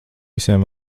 visiem